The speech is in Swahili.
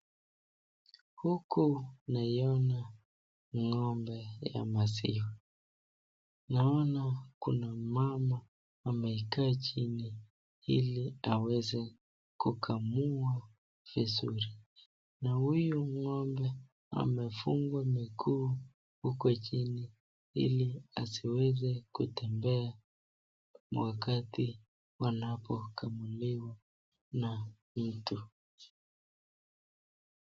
Huku naiona ng'ombe ya maziwa naona kuna mama amekaa chini ili aweze kukamua vizuri na huyu ng'ombe amefungwa miguu huko chini ili asiweze kutembea wakati anapokamuliwa na mtu.